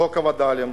חוק הווד”לים,